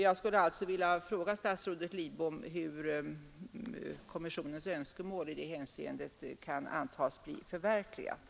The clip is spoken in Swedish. Jag skulle alltså vilja fråga statsrådet Lidbom hur kommissionens önskemål i det hänseendet kan antas bli förverkligat.